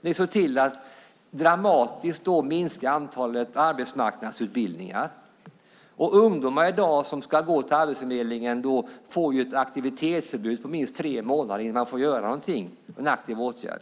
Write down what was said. Man såg till att dramatiskt minska antalet arbetsmarknadsutbildningar. Ungdomar som i dag går till Arbetsförmedlingen får vänta minst tre månader innan de får en aktiv åtgärd.